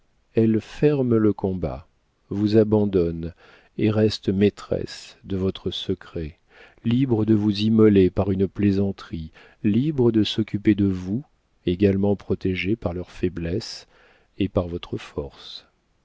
elles ferment le combat vous abandonnent et restent maîtresses de votre secret libres de vous immoler par une plaisanterie libres de s'occuper de vous également protégées par leur faiblesse et par votre force